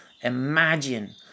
imagine